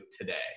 today